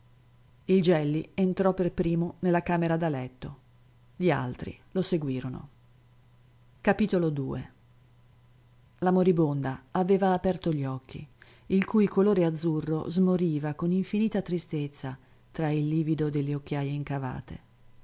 il gelli entrò per primo nella camera da letto gli altri lo seguirono la moribonda aveva aperto gli occhi il cui colore azzurro smoriva con infinita tristezza tra il livido delle occhiaje incavate